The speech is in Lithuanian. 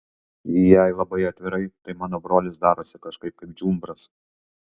jei labai atvirai tai mano brolis darosi kaip džiumbras